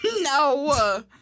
No